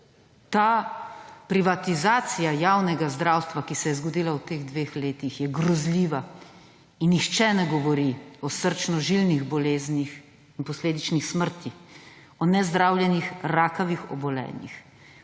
Ta privatizacija javnega zdravstva, ki se je zgodila v teh dveh letih, je grozljiva. In nihče ne govori o srčno-žilnih boleznih in posledičnih smrtih, o nezdravljenih rakavih obolenjih.